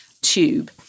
tube